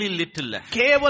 little